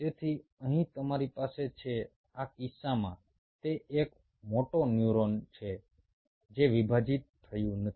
તેથી અહીં તમારી પાસે છે આ કિસ્સામાં તે એક મોટર ન્યુરોન છે જે વિભાજિત થયું નથી